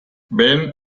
ben